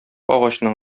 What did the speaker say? агачның